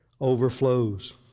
overflows